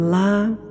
love